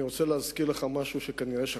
אני רוצה להזכיר לך משהו שכנראה שכחת,